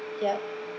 yup